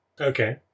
Okay